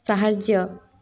ସାହାଯ୍ୟ